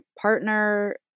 partner